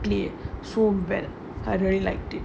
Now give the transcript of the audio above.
played so well I really liked it